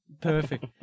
Perfect